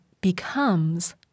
becomes